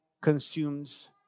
consumes